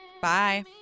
Bye